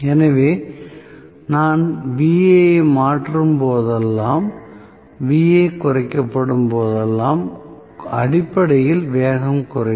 எனவே நான் Va ஐ மாற்றும் போதெல்லாம் Va குறைக்கப்படும் போதெல்லாம் அடிப்படையில் வேகம் குறையும்